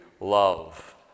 love